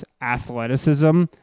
athleticism